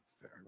Fair